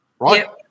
right